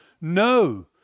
No